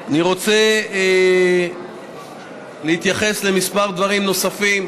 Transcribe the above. אני רוצה להתייחס לכמה דברים נוספים,